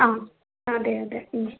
ആ അതെ അതെ